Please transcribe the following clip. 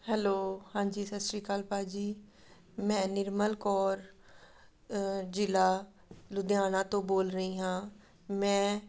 hello ਹਾਂਜੀ ਸਤਿ ਸ਼੍ਰੀ ਅਕਾਲ ਭਾਅ ਜੀ ਮੈਂ ਨਿਰਮਲ ਕੌਰ ਜ਼ਿਲ੍ਹਾ ਲੁਧਿਆਣਾ ਤੋਂ ਬੋਲ ਰਹੀ ਹਾਂ ਮੈਂ